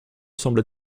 sembla